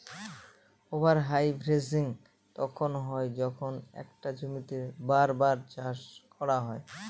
over harvesting তখন হয় যখন একটা জমিতেই বার বার চাষ করা হয়